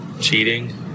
cheating